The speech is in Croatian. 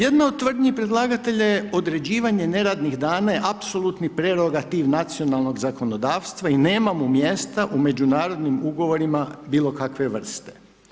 Jedna od tvrdnji predlagatelja je određivanje neradnih dana je apsolutni prerogativ nacionalnog zakonodavstva i nema mu mjesta u međunarodnim ugovorima bilo kakve vrste.